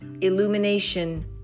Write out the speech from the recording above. Illumination